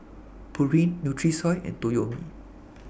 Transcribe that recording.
Pureen Nutrisoy and Toyomi